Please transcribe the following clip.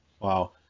Wow